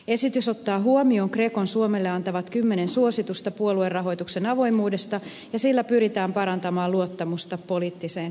esitys ottaa huomioon grecon suomelle antamat kymmenen suositusta puoluerahoituksen avoimuudesta ja sillä pyritään parantamaan luottamusta poliittiseen toimintaan